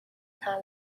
hna